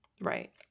Right